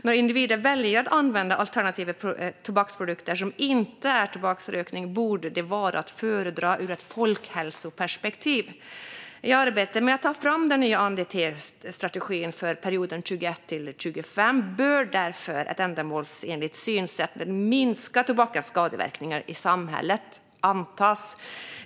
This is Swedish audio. Att individer väljer att använda alternativa tobaksprodukter som inte är tobaksrökning borde vara att föredra ur ett folkhälsoperspektiv. I arbetet med att ta fram den nya ANDT-strategin för perioden 2021-2025 bör därför ett ändamålsenligt synsätt om att minska tobakens skadeverkningar i samhället antas.